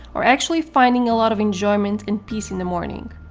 or actually finding a lot of enjoyment and peace in the morning.